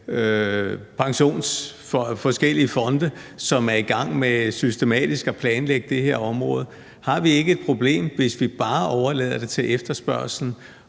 pensionsfonde, som er i gang med systematisk at planlægge det her område. Har vi ikke et problem, hvis vi bare overlader det til efterspørgslen,